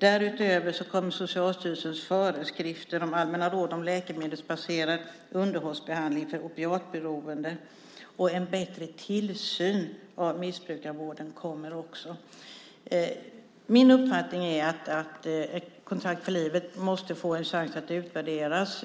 Därutöver kommer Socialstyrelsens föreskrifter om allmänna råd om läkemedelsbaserad underhållsbehandling för opiatberoende. En bättre tillsyn av missbrukarvården kommer också. Min uppfattning är att Ett kontrakt för livet måste få en chans att utvärderas.